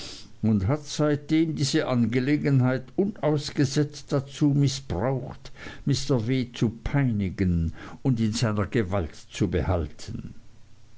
und hat seitdem diese angelegenheit unausgesetzt dazu mißbraucht mr w zu peinigen und in seiner gewalt zu behalten